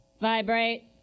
Vibrate